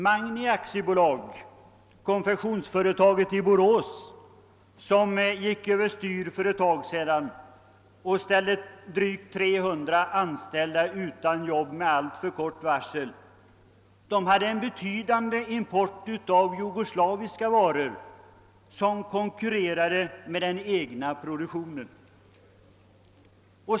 Magni AB, konfektionsföretaget i Borås som gick över styr för ett tag sedan och ställde över 300 anställda utan jobb med alltför kort varsel, hade en betydande import av jugoslaviska varor som konkurrerade med den egna produklionen.